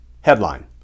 Headline